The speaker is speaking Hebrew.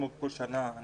כמו בכל שנה,